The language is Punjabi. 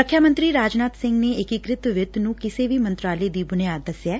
ਰੱਖਿਆ ਮੰਤਰੀ ਰਾਜਨਾਥ ਸਿੰਘ ਨੇ ਏਕੀਕ੍ਤਿ ਵਿੱਤ ਨੂੰ ਕਿਸੇ ਵੀ ਮੰਤਰਾਲੇ ਦੀ ਬੁਨਿਆਦ ਦੱਸਿਐ